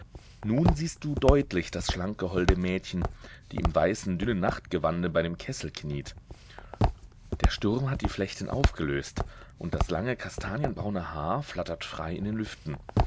nun siehst du deutlich das schlanke holde mädchen die im weißen dünnen nachtgewande bei dem kessel kniet der sturm hat die flechten aufgelöst und das lange kastanienbraune haar flattert frei in den lüften